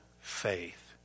faith